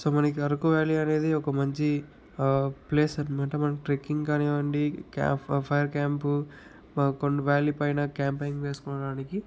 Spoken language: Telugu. సో మనకు అరకు వ్యాలీ అనేది ఒక మంచి ప్లేస్ అనమాట మనం ట్రెక్కింగ్కి కానివ్వండి క్యాం ఫైర్ క్యాంప్ కొండ వ్యాలీ పైన క్యాంపింగ్ వేసుకోవడానికి